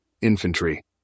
infantry